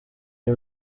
iyi